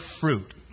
fruit